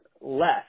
less